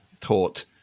taught